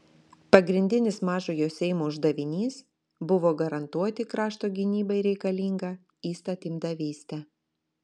pagrindinis mažojo seimo uždavinys buvo garantuoti krašto gynybai reikalingą įstatymdavystę